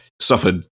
suffered